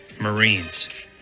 Marines